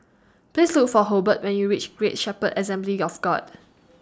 Please Look For Hobart when YOU REACH Great Shepherd Assembly of God